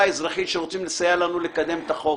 האזרחית שרוצים לסייע לנו לקדם את החוק.